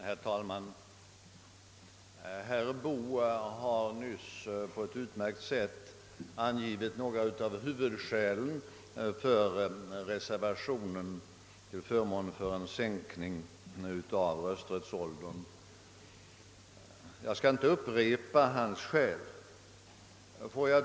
Herr talman! Herr Boo har nyss på ett utmärkt sätt angivit några av huvudskälen för reservationen där det föreslås en sänkning av rösträttsåldern. Jag skall inte upprepa hans argument.